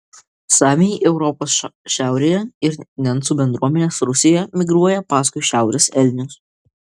samiai europos šiaurėje ir nencų bendruomenės rusijoje migruoja paskui šiaurės elnius